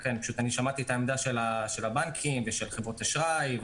שמעתי את העמדה של הבנקים ושל חברות אשראי,